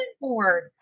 board